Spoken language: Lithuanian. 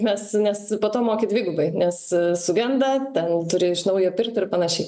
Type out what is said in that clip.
nes nes po to moki dvigubai nes sugenda ten turi iš naujo pirkt ir panašiai